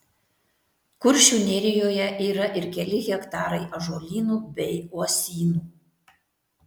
kuršių nerijoje yra ir keli hektarai ąžuolynų bei uosynų